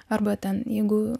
arba ten jeigu